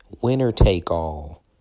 winner-take-all